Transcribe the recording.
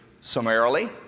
summarily